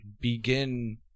begin